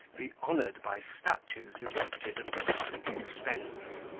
be honoured by statues erected at the public expense.